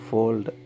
Fold